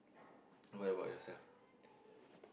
what about yourself